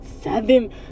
Seven